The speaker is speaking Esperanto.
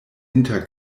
inter